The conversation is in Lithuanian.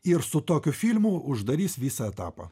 ir su tokiu filmu uždarys visą etapą